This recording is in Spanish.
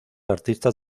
artistas